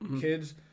kids